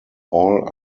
all